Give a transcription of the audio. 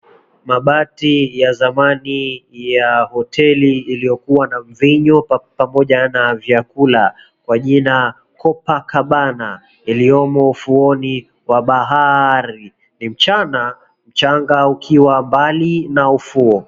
Mabati ya zamani ya hoteli iliyokuwa na mvinyo pamoja na vyakula kwa jina Copacabana iliyomo ufuoni wa bahari , ni mchana mchanga ukiwa mbali na ufuo.